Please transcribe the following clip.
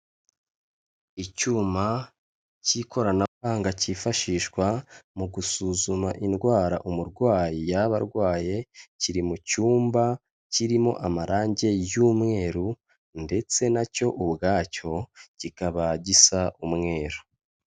Icyuma cy'ikoranabuhanga cyifashishwa mu gusuzuma indwara umurwayi yaba arwaye, kiri mu cyumba kirimo amarangi y'umweru ndetse nacyo ubwacyo kikaba gisa umweru.